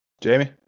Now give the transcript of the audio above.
Jamie